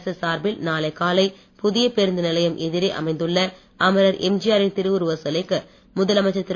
அரசு சார்பில் நாளை காலை புதிய பேருந்து நிலையம் எதிரே அமைந்துள்ள அமரர் எம்ஜிஆரின் திருவுருவச் சிலைக்கு முதலமைச்சர் திரு